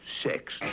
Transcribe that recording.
sex